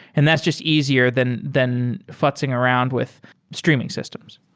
and that's just easier than than futzing around with streaming systems.